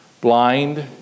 blind